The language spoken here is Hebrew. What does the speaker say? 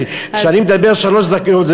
כי כשאני מדבר שלוש דקות,